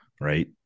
right